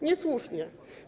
Niesłusznie.